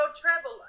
travel